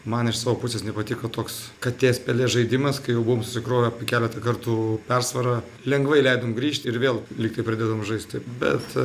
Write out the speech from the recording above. man iš savo pusės nepatiko toks katės pelės žaidimas kai jau buvom susikrovę keletą kartų persvarą lengvai leidom grįžti ir vėl lyg tai pradedam žaisti bet